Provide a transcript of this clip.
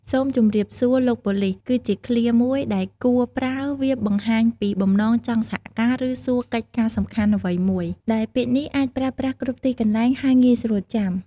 "សូមជម្រាបសួរ លោកប៉ូលិស" គឺជាឃ្លាមួយដែលគួរប្រើវាបង្ហាញពីបំណងចង់សហការឬសួរកិច្ចការសំខាន់អ្វីមួយ ដែលពាក្យនេះអាចប្រើបានគ្រប់ទីកន្លែងហើយងាយស្រួលចាំ។